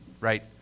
right